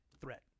threat